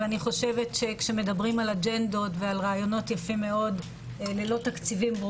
אני חושבת כשמדברים על אג'נדות ועל רעיונות יפים מאוד ללא תקציבים,